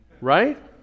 Right